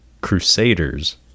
Crusaders